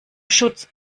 schutz